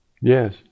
Yes